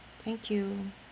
thank you